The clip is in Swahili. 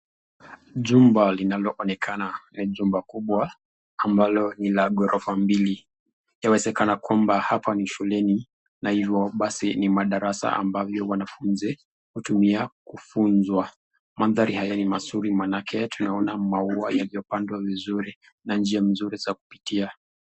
Jumba linaloonekana ni jumba kubwa ambalo ni la ghorofa mbili ,yawezekana kwamba hapa ni shuleni na hivo basi ni madarasa ambavyo wanafunzi hutumia kufunzwa. Mandhari haya ni mazuri manake tunaona maua yaliyopandwa vizuri na njia nzuri za kupitia.